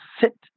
sit